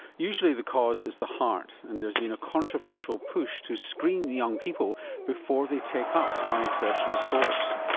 usually the cause is the heart and there's been a controversial push to screen young people before they take ah up high-exertion sports.